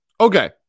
Okay